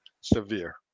severe